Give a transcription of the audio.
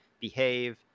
behave